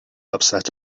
upset